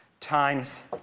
times